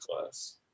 class